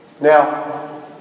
Now